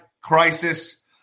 crisis